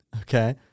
Okay